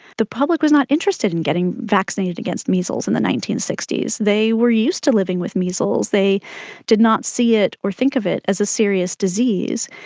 the public was not interested in getting vaccinated against measles in the nineteen sixty s. they were used to living with measles. they did not see it or think of it as a serious disease.